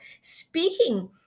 speaking